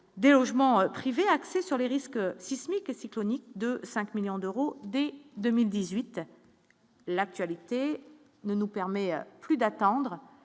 des logements privés, axée sur les risques sismiques et cycloniques de 5 millions d'euros dès 2018. L'actualité ne nous permet plus d'attendre,